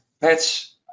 Pets